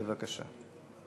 בבקשה.